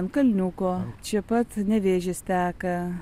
ant kalniuko čia pat nevėžis teka